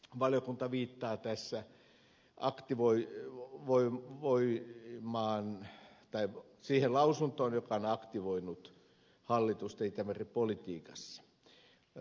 valiokunta viittaa tässä lausumaansa joka on aktivoinut hallitusta itämeri politiikassa